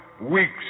weeks